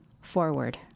forward